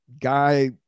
guy